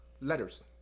letters